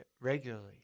Regularly